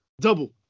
double